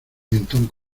mentón